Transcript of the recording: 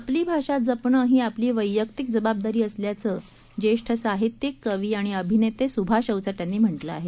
आपली भाषा जपणं ही आपली वैयक्तिक जबाबदारी असल्याचं ज्येष्ठ साहित्यिक कवी आणि अभिनेते सुभाष अवचट यांनी म्हटलं आहे